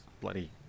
bloody